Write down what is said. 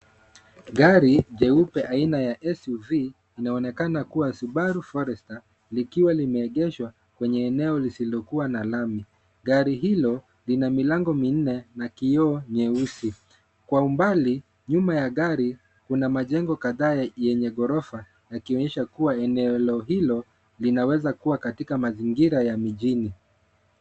Gari jeupe aina ya SUV inaonekana kuwa Subaru Forester likiwa limeegeshwa kwenye eneo lisilokuwa na lami. Gari hilo lina milango minne na kioo nyeusi. Kwa umbali nyuma ya gari kuna majengo kadhaa yenye ghorofa yakionyesha kuwa eneo hilo linaweza kuwa katika mazingira mijini.